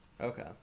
Okay